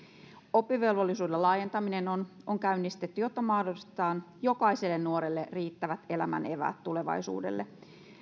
oppivelvollisuuden laajentaminen on on käynnistetty jotta mahdollistetaan jokaiselle nuorelle riittävät elämäneväät tulevaisuudelle